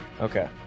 okay